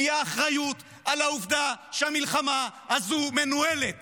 כי האחריות על העובדה שהמלחמה הזו מנוהלת